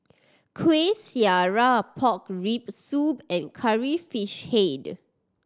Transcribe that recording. Kueh Syara pork rib soup and Curry Fish Head